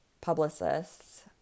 publicists